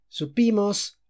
supimos